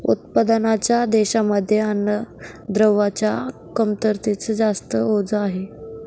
उत्पन्नाच्या देशांमध्ये अन्नद्रव्यांच्या कमतरतेच जास्त ओझ आहे